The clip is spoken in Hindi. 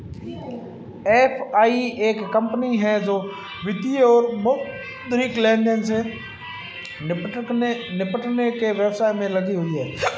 एफ.आई एक कंपनी है जो वित्तीय और मौद्रिक लेनदेन से निपटने के व्यवसाय में लगी हुई है